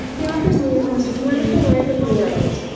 he offers me the most wonderful life in the world,